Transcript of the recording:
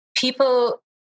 people